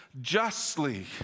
justly